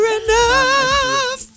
enough